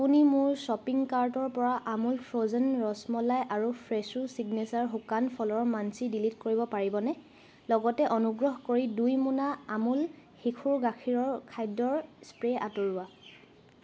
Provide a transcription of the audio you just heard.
আপুনি মোৰ শ্বপিং কাৰ্টৰ পৰা আমুল ফ্ৰ'জেন ৰসমলাই আৰু ফ্ৰেছো ছিগনেচাৰ শুকান ফলৰ মাঞ্চি ডিলিট কৰিব পাৰিবনে লগতে অনুগ্ৰহ কৰি দুই মোনা আমুল শিশুৰ গাখীৰৰ খাদ্যৰ স্প্ৰে আঁতৰোৱা